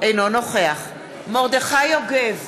אינו נוכח מרדכי יוגב,